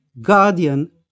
guardian